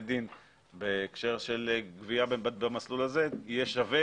דין בהקשר של גבייה במסלול הזה יהיה שווה